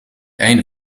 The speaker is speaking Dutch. einde